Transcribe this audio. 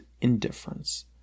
indifference